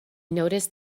noticed